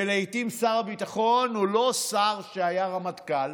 ולעיתים שר הביטחון הוא לא שר שהיה רמטכ"ל